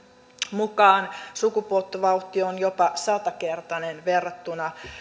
mukaan sukupuuttovauhti on jopa satakertainen verrattuna